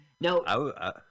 No